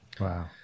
Wow